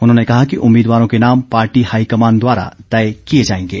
उन्होंने कहा कि उम्मीदवारों के नाम पार्टी हाईकमान द्वारा तय किए जाएंगे